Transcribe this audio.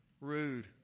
Rude